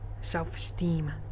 Self-esteem